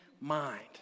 Mind